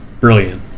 brilliant